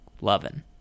loving